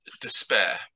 despair